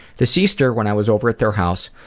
the sister, when i was over at their house,